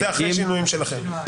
זה אחרי השינויים שלכם.